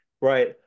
Right